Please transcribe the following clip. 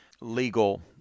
legal